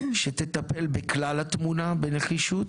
שתטפל בכלל התמונה בנחישות,